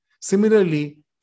Similarly